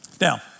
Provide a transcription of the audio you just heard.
Now